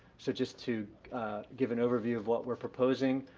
so just to give an overview of what we're proposing.